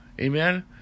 Amen